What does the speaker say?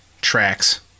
tracks